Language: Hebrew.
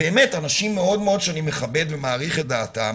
אנשים שאני מכבד ומעריך את דעתם